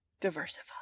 Diversify